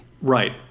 Right